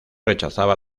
rechazaba